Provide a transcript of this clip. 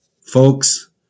folks